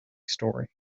story